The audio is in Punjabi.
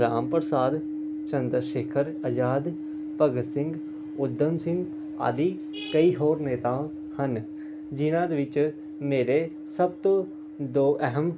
ਰਾਮ ਪ੍ਰਸਾਦ ਚੰਦਰਸ਼ੇਖਰ ਆਜ਼ਾਦ ਭਗਤ ਸਿੰਘ ਉਧਮ ਸਿੰਘ ਆਦਿ ਕਈ ਹੋਰ ਨੇਤਾ ਹਨ ਜਿਹਨਾਂ ਦੇ ਵਿੱਚ ਮੇਰੇ ਸਭ ਤੋਂ ਦੋ ਅਹਿਮ